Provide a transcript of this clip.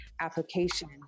application